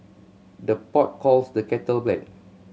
the pot calls the kettle black